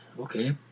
Okay